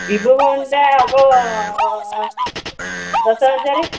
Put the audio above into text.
Vivo ଫୋନଟା ହବ ଦଶ ହଜାର